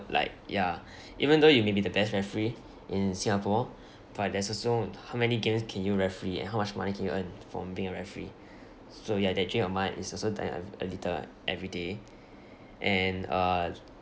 like ya even though you may be the best referee in singapore but there's also how many games can you referee and how much money can you earn from being a referee so ya that dream of mine is also dying ev~ a little every day and uh